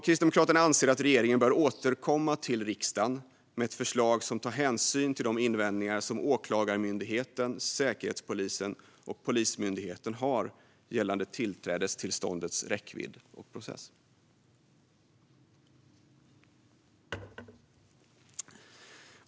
Kristdemokraterna anser därför att regeringen bör återkomma till riksdagen med ett förslag som tar hänsyn till de invändningar som Åklagarmyndigheten, Säkerhetspolisen och Polismyndigheten har gällande tillträdestillståndets räckvidd och process.